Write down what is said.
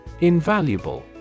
Invaluable